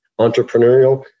entrepreneurial